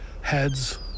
heads